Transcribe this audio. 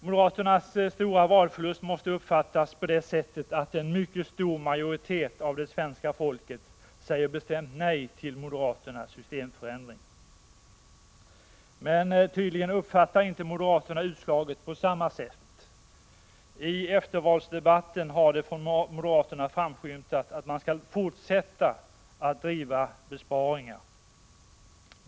Moderaternas stora valförlust måste uppfattas så, att en mycket stor majoritet av det svenska folket säger bestämt nej till deras systemförändring. Men tydligen uppfattar inte moderaterna utslaget på samma sätt. I eftervalsdebatten har det från moderaterna framskymtat att de skall fortsätta att driva förslagen om besparingar.